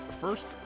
first